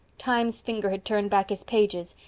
time's finger had turned back his pages,